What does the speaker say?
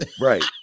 Right